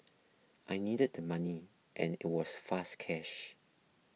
I needed the money and it was fast cash